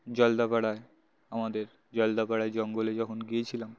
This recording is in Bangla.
জলদাপাড়ায় আমাদের জলদাপাড়ায় জঙ্গলে যখন গিয়েছিলাম